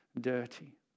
dirty